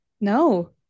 No